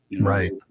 right